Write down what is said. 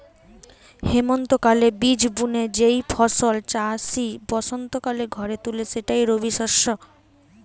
হেমন্তকালে বীজ বুনে যেই ফসল চাষি বসন্তকালে ঘরে তুলে সেটাই রবিশস্য